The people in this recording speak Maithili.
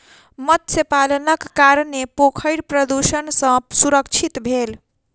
मत्स्य पालनक कारणेँ पोखैर प्रदुषण सॅ सुरक्षित भेल